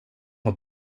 att